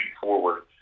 forward